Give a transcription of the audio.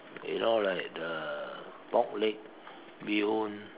you know like the pork leg bee-hoon